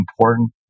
important